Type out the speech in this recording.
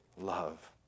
love